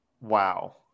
wow